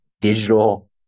digital